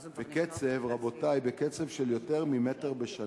בקצב, רבותי, בקצב של יותר ממטר בשנה,